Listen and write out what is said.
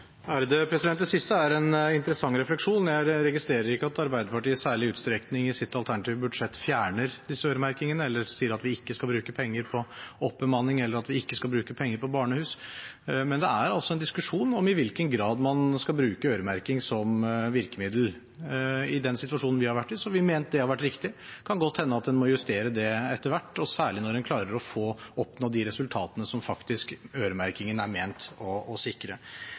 en interessant refleksjon. Jeg registrerer ikke at Arbeiderpartiet i særlig utstrekning i sitt alternative budsjett fjerner disse øremerkingene eller sier at vi ikke skal bruke penger på oppbemanning, eller at vi ikke skal bruke penger på barnehus. Men det er en diskusjon om i hvilken grad man skal bruke øremerking som virkemiddel. I den situasjonen vi har vært i, har vi ment at det har vært riktig. Det kan godt hende at en må justere det etter hvert, og særlig når en klarer å oppnå de resultatene som øremerkingen faktisk er ment å sikre. Jeg har lyst til kort å